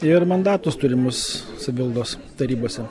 ir mandatus turimus savivaldos tarybose